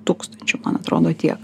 tūkstančių man atrodo tiek